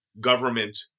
government